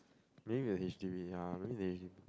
then you have H_D_B ah maybe they